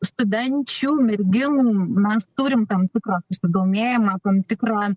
studenčių merginų mes turim tam tikrą susidomėjimą tam tikrą